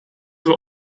were